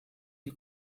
die